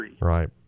Right